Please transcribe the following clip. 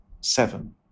seven